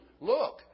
look